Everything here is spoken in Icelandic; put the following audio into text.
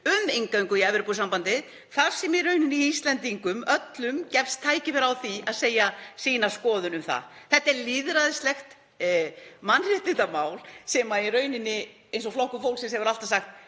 um inngöngu í Evrópusambandið þar sem í rauninni Íslendingum öllum gefst tækifæri á því að segja sína skoðun um það. Þetta er lýðræðislegt mannréttindamál og eins og Flokkur fólksins hefur alltaf sagt: